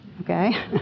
okay